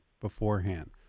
beforehand